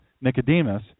Nicodemus